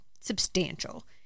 substantial